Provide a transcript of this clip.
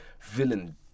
Villain